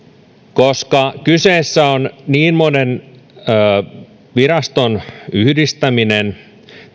koska kyseessä on niin monen viraston yhdistäminen